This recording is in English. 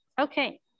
Okay